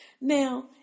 Now